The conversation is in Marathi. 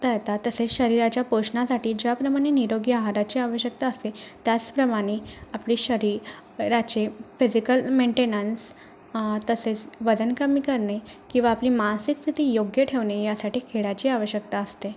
ता येतात तसेच शरीराच्या पोषणासाठी ज्याप्रमाणे निरोगी आहाराची आवश्यकता असते त्याचप्रमाणे आपले शरी राचे फिजिकल मेंटेनन्स तसेच वजन कमी करणे किंवा आपली मानसिक स्थिती योग्य ठेवणे यासाठी खेळाची आवश्यकता असते